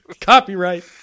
Copyright